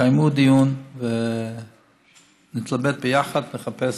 תקיימו דיון ונתלבט ביחד,